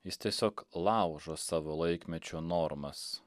jis tiesiog laužo savo laikmečio normas